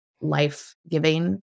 life-giving